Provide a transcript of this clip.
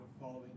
following